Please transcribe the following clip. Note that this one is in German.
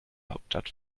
hauptstadt